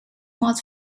more